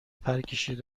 پرکشید